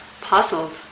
puzzled